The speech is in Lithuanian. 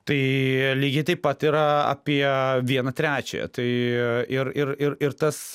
tai lygiai taip pat yra apie vieną trečiąją tai ir ir ir ir tas